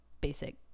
basic